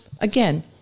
again